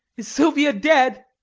is silvia dead?